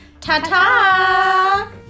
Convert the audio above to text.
Ta-ta